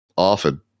often